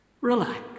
Relax